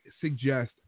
suggest